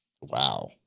Wow